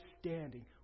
standing